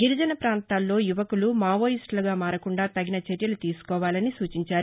గిరిజన ప్రాంతాల్లో యువకులు మావోయిస్టులుగా మారకుండా తగిన చర్యలు తీసుకోవాలని సూచించారు